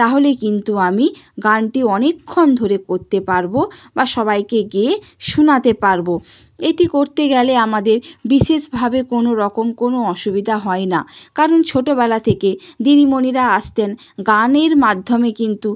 তাহলে কিন্তু আমি গানটি অনেকক্ষণ ধরে কোত্তে পারবো বা সবাইকে গেয়ে শুনাতে পারবো এটি করতে গেলে আমাদের বিশেষভাবে কোনো রকম কোনো আসুবিধা হয় না কারণ ছোটোবেলা থেকে দিদিমণিরা আসতেন গানের মাধ্যমে কিন্তু